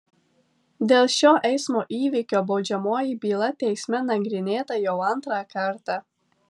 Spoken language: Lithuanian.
dėl šio eismo įvykio baudžiamoji byla teisme nagrinėta jau antrą kartą